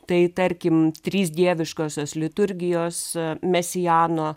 tai tarkim trys dieviškosios liturgijos mesiano